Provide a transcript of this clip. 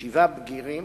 שבעה בגירים